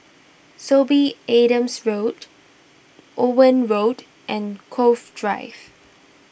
Sorby Adams Road Owen Road and Cove Drive